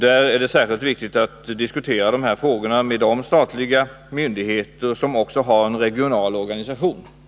Där är det särskilt viktigt att diskutera dessa frågor med de statliga myndigheter som också har en regional organisation.